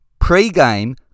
Pre-game